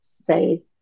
say